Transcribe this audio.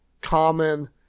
common